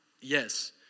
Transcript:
yes